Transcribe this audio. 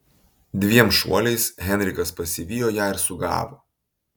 dviem šuoliais henrikas pasivijo ją ir sugavo